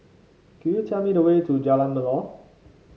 could you tell me the way to Jalan Melor